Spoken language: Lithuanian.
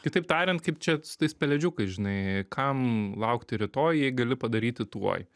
kitaip tariant kaip čia su tais pelėdžiukais žinai kam laukti rytoj jei gali padaryti tuoj